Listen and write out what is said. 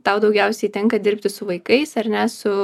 tau daugiausiai tenka dirbti su vaikais ar ne su